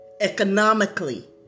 economically